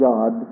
God